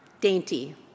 dainty